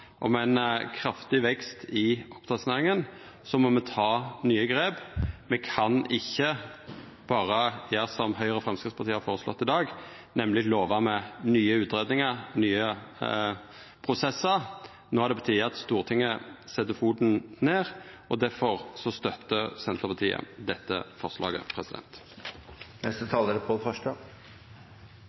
sett, om ein kraftig vekst i oppdrettsnæringa, må me ta nye grep. Me kan ikkje berre gjera som Høgre og Framstegspartiet har føreslått i dag, nemleg lova nye utgreiingar og nye prosessar. No er det på tide at Stortinget set foten ned. Difor støttar Senterpartiet dette forslaget.